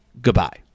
Goodbye